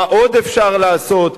מה עוד אפשר לעשות,